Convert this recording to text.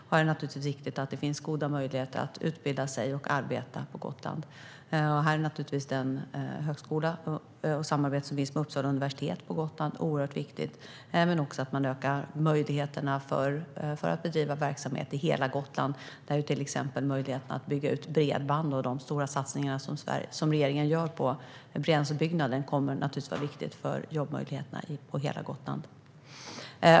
Det är naturligtvis viktigt att det finns goda möjligheter att utbilda sig och arbeta på Gotland, och det högskolesamarbete med Uppsala universitet som finns på Gotland är oerhört viktigt. Man ökar också möjligheterna att bedriva verksamhet på hela Gotland; till exempel kommer möjligheterna att bygga ut bredband och de stora satsningar regeringen gör på detta naturligtvis att vara viktigt för jobbmöjligheterna på hela Gotland.